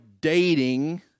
dating